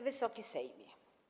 Wysoki Sejmie!